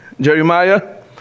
Jeremiah